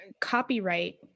copyright